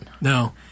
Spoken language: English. no